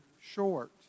short